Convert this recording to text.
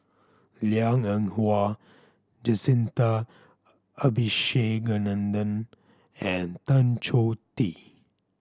Liang Eng Hwa Jacintha Abisheganaden and Tan Choh Tee